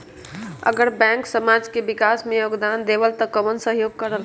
अगर बैंक समाज के विकास मे योगदान देबले त कबन सहयोग करल?